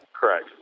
Correct